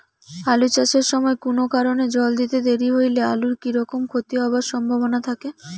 আলু চাষ এর সময় কুনো কারণে জল দিতে দেরি হইলে আলুর কি রকম ক্ষতি হবার সম্ভবনা থাকে?